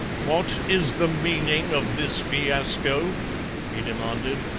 what is the meaning of this fiasco he demanded.